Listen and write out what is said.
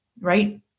Right